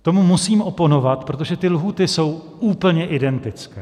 Tomu musím oponovat, protože ty lhůty jsou úplně identické.